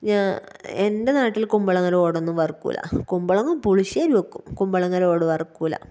ഞാന് എ എന്റെ നാട്ടില് കുമ്പളങ്ങയുടെ ഓടൊന്നും വറക്കില്ല കുമ്പളങ്ങ പുളിശ്ശേരി വെക്കും കുമ്പളങ്ങയുടെ ഓട് വറക്കില്ല